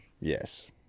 Yes